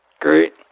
Great